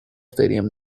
stadium